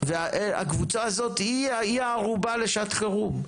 והקבוצה הזאת היא הערובה לשעת חירום,